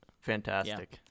Fantastic